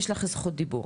יש לך זכות דיבור.